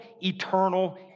eternal